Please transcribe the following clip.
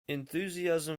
enthusiasm